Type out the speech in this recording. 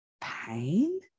pain